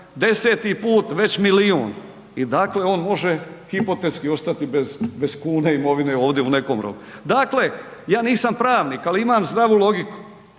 deseti put već milijun i dakle on može hipotetski ostati bez kune imovine ovdje u nekom roku. Dakle, ja nisam pravnik ali imam zdravu logiku,